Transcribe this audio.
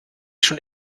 schon